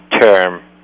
term